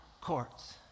courts